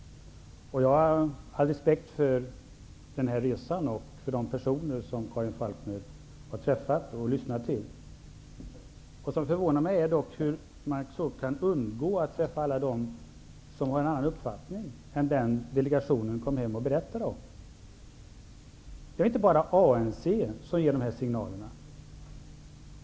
Jag har all respekt för den här resan och för de personer som Karin Falkmer har träffat och lyssnat till. Det förvånar mig dock hur man kan undgå att träffa alla dem som har en annan uppfattning än den som delegationen kom hem och berättade om. Det är inte bara ANC som ger de här signalerna.